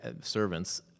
servants